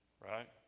Right